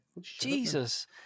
Jesus